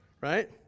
Right